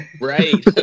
Right